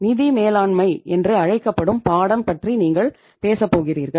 நிதி மேலாண்மை என்று அழைக்கப்படும் பாடம் பற்றி நீங்கள் பேசப் போகிறீர்கள்